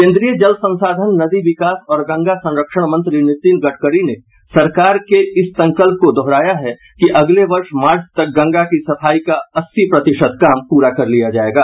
केन्द्रीय जल संसाधन नदी विकास और गंगा संरक्षण मंत्री नितिन गडकरी ने सरकार के इस संकल्प को दोहराया है कि अगले वर्ष मार्च तक गंगा की सफाई का अस्सी प्रतिशत काम पूरा कर लिया जाएगा